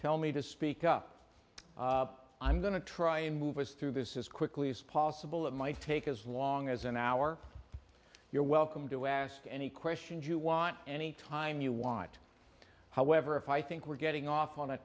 tell me to speak up i'm going to try and move us through this is quickly as possible it might take as long as an hour you're welcome to ask any questions you want anytime you want however if i think we're getting off on a